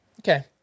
Okay